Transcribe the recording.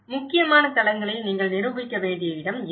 முக்கியமான தளங்களில் நீங்கள் நிரூபிக்க வேண்டிய இடம் இது